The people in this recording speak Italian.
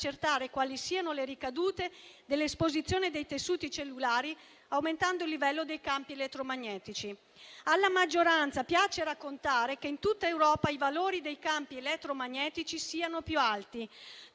quali siano le ricadute delle esposizioni dei tessuti cellulari aumentando il livello dei campi elettromagnetici. Alla maggioranza piace raccontare che in tutta Europa i valori dei campi elettromagnetici sono più alti.